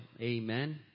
Amen